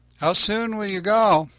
how soon will you go?